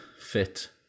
fit